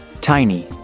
Tiny